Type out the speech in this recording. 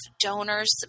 donors